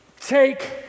take